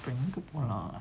எங்கபோலாம்:enga poolam